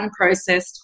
unprocessed